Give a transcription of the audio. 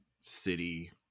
city